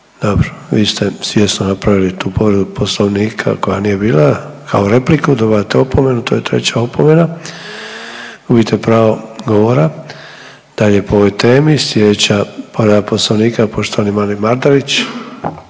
Dobro, vi ste svjesno napravili tu povredu Poslovnika koja nije bila kao repliku, dobivate opomenu. To je treća opomena, gubite pravo govora dalje po ovoj temi. Slijedeća povreda Poslovnika poštovani Marin Mandarić.